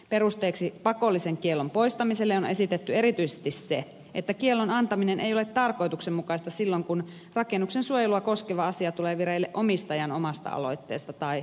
perusteeksi pakollisen kiellon poistamiselle on esitetty erityisesti se että kiellon antaminen ei ole tarkoituksenmukaista silloin kun rakennuksen suojelua koskeva asia tulee vireille omistajan omasta aloitteesta tai suostumuksella